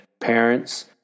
parents